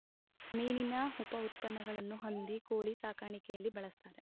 ಮೀನಿನ ಉಪಉತ್ಪನ್ನಗಳನ್ನು ಹಂದಿ ಕೋಳಿ ಸಾಕಾಣಿಕೆಯಲ್ಲಿ ಬಳ್ಸತ್ತರೆ